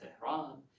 Tehran